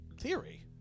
theory